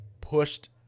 pushed